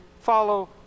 follow